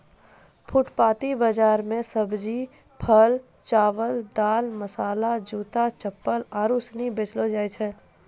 फुटपाटी बाजार मे सब्जी, फल, चावल, दाल, मसाला, जूता, चप्पल आरु सनी बेचलो जाय छै